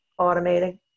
automating